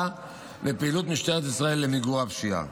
לפעילות משטרת ישראל למיגור הפשיעה.